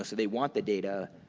ah they want the data,